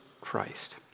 Christ